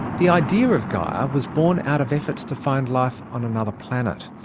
the idea of gaia was born out of efforts to find life on another planet.